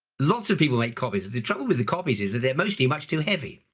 lots of people make copies. the trouble with the copies is that they're mostly much too heavy.